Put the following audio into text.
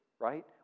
right